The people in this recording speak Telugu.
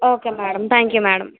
okay madam thank you madam